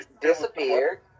disappeared